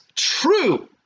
True